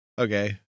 Okay